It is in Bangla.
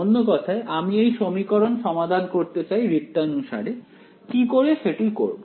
অন্য কথায় আমি এই সমীকরণ সমাধান করতে চাই রীত্যনুসারে কি করে সেটি করব